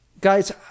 Guys